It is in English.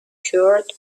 cured